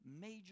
major